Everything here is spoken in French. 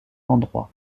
endroit